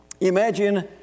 imagine